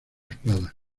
espada